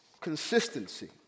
consistency